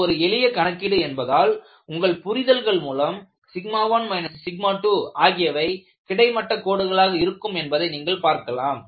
இது ஒரு எளிய கணக்கீடு என்பதால் உங்கள் புரிதல்கள் மூலம் 1 2ஆகியவை கிடைமட்ட கோடுகளாக இருக்கும் என்பதை நீங்கள் பார்க்கலாம்